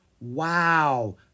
Wow